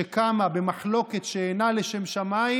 שקמה במחלוקת שאינה לשם שמיים,